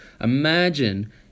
Imagine